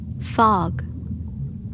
Fog